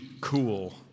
cool